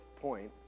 point